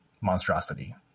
monstrosity